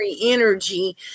energy